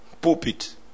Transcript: Pulpit